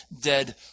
dead